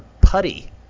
putty